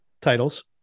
titles